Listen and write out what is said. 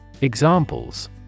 Examples